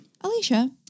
Alicia